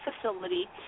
facility